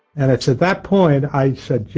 and it's at that point i said, yeah,